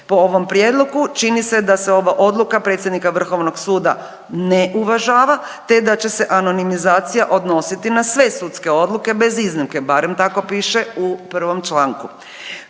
Po ovom prijedlogu čini se da se ova odluka predsjednika Vrhovnog suda ne uvažava te da će se anonimizacija odnositi na sve sudske odluke bez iznimke. Barem tako piše u 1. članku.